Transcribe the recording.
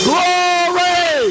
Glory